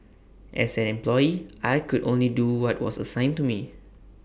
as an employee I could only do what was assigned to me